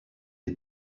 des